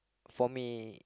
for me